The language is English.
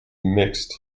mixed